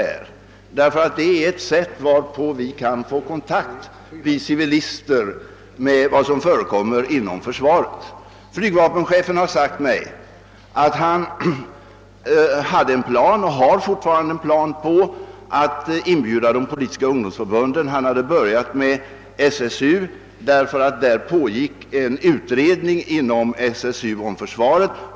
Det är nämligen ett sätt på vilket vi civilister kan få kontakter med försvaret. Flygvapenchefen har meddelat mig, att han har en plan som går ut på att inbjuda de politiska ungdomsförbunden. Han började med SSU eftersom det där pågick en utredning om försvaret.